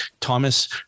Thomas